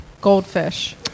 goldfish